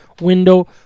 window